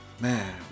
Man